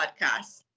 Podcast